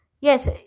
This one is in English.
Yes